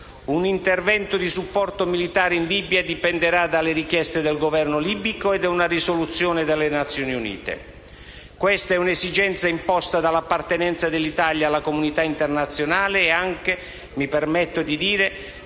un intervento di supporto militare in Libia dipenderà dalle richieste del Governo libico e da una risoluzione delle Nazioni Unite. Questa è un'esigenza imposta dall'appartenenza dell'Italia alla comunità internazionale e anche - mi permetto di dire